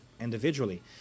individually